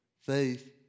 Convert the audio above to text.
faith